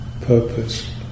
purpose